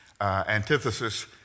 antithesis